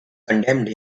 condemned